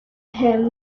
him